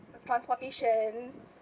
transportation